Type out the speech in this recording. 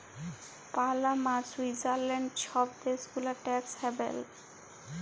Panama, Switzerland ছব দ্যাশ গুলা ট্যাক্স হ্যাভেল